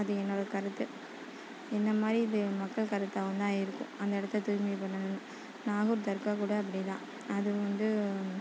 அது என்னோடய கருத்து என்னை மாதிரி இது மக்கள் கருத்தாவுந்தான் இருக்கும் அந்த இடத்த தூய்மை பண்ணணுமனு நாகூர் தர்கா கூட அப்படிதான் அதுவும் வந்து